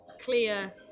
clear